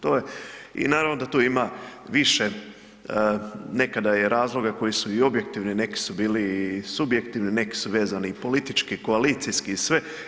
To je i naravno da tu ima više, nekada je razloga koji su i objektivni, neki su bili i subjektivni, neki su vezani politički, koalicijski i sve.